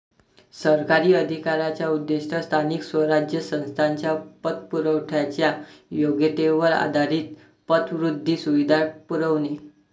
सरकारी अधिकाऱ्यांचा उद्देश स्थानिक स्वराज्य संस्थांना पतपुरवठ्याच्या योग्यतेवर आधारित पतवृद्धी सुविधा पुरवणे